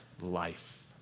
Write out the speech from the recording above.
life